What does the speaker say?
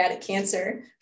cancer